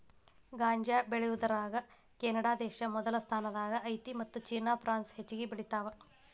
ಗಾಂಜಾ ಬೆಳಿಯುದರಾಗ ಕೆನಡಾದೇಶಾ ಮೊದಲ ಸ್ಥಾನದಾಗ ಐತಿ ಮತ್ತ ಚೇನಾ ಪ್ರಾನ್ಸ್ ಹೆಚಗಿ ಬೆಳಿತಾವ